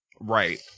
Right